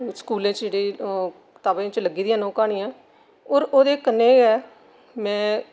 स्कूलें च जेह्ड़ी अ कताबें च लग्गी दियां न ओह् क्हानियां ओर ओह्दे कन्नै गै में